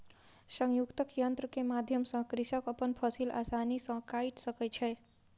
संयुक्तक यन्त्र के माध्यम सॅ कृषक अपन फसिल आसानी सॅ काइट सकै छै